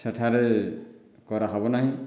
ସେଠାରେ କରାହେବନାହିଁ